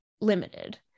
limited